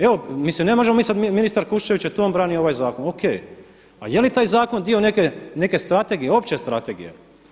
Evo, mislim ne možemo mi sada, ministar Kuščević je tu, on brani ovaj zakon, O.K. A je li taj zakon dio neke strategije, opće strategije?